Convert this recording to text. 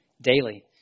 daily